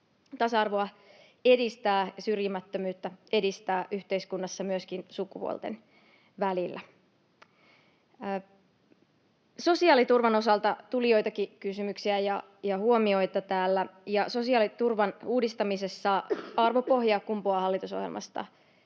tasa-arvoa edistää ja syrjimättömyyttä edistää yhteiskunnassa myöskin sukupuolten välillä. Sosiaaliturvan osalta tuli täällä joitakin kysymyksiä ja huomioita, ja sosiaaliturvan uudistamisessa arvopohja kumpuaa hallitusohjelmasta.